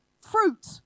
fruit